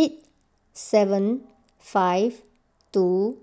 eight seven five two